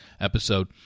episode